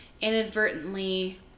inadvertently